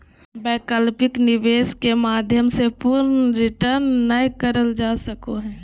वैकल्पिक निवेश के माध्यम से पूर्ण रिटर्न नय करल जा सको हय